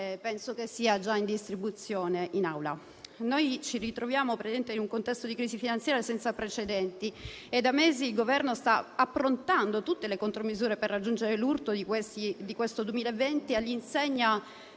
penso che sia già in distribuzione. Ci troviamo in un contesto di crisi finanziaria senza precedenti e da mesi il Governo sta approntando tutte le contromisure per reggere l'urto di questo 2020 all'insegna